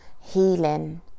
healing